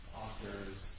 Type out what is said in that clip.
authors